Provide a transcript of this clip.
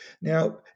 Now